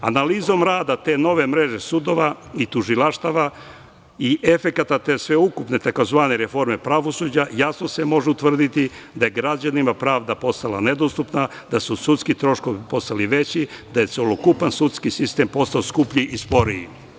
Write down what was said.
Analizom rada te nove mreže sudova i tužilaštava i efekata sveukupne tzv. reforme pravosuđa jasno se može utvrditi da je građanima pravda postala nedostupna, da su sudski troškovi postali veći, da je celokupan sudski sistem postao skuplji i sporiji.